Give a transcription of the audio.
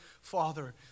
father